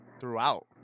throughout